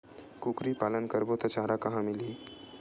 कुकरी पालन करबो त चारा कहां मिलही?